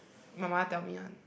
my mother tell me one